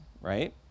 right